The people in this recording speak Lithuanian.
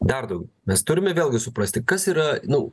dar daugiau mes turime vėlgi suprasti kas yra nu